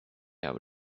able